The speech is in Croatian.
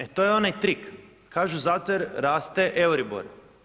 E to je onaj trik, kažu zato jer raste Euribor.